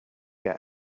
get